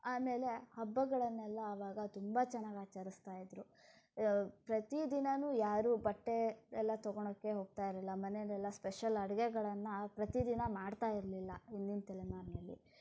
ಆಮೇಲೆ ಹಬ್ಬಗಳನ್ನೆಲ್ಲ ಆವಾಗ ತುಂಬ ಚೆನ್ನಾಗಿ ಆಚರಿಸ್ತಾ ಇದ್ದರು ಪ್ರತಿ ದಿನವೂ ಯಾರೂ ಬಟ್ಟೆ ಎಲ್ಲ ತಗೋಳೋಕ್ಕೆ ಹೋಗ್ತಾ ಇರಲಿಲ್ಲ ಮನೆಯಲ್ಲೆಲ್ಲ ಸ್ಪೆಷಲ್ ಅಡಿಗೆಗಳನ್ನು ಪ್ರತಿ ದಿನ ಮಾಡ್ತಾ ಇರಲಿಲ್ಲ ಹಿಂದಿನ ತಲೆಮಾರಿನಲ್ಲಿ